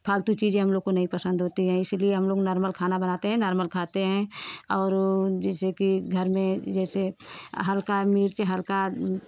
फ़ालतू चीज़ें हमलोग को नहीं पसन्द होती हैं इसलिए हमलोग नॉर्मल खाना बनाते हैं नॉर्मल खाते हैं और जैसे कि घर में जैसे हल्का मिर्च हल्का